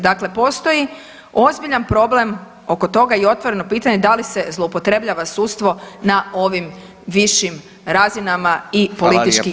Dakle, postoji ozbiljan problem oko toga i otvoreno pitanje da li se zloupotrebljava sudstvo na ovim višim razinama i politički